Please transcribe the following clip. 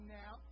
now